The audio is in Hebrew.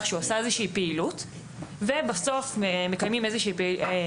ובסוף מקיימים איזושהי ביקורת או אכיפה